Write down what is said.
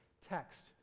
text